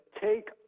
take